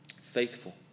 faithful